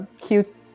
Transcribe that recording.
cute